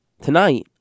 Tonight